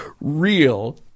real